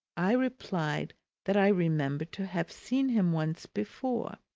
i replied that i remembered to have seen him once before.